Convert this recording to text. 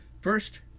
First